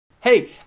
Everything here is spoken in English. hey